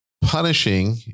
punishing